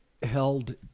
held